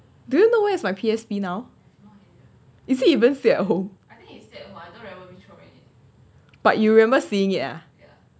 do you know where is my P_S_P now isn't even still at home but you remember seeing ah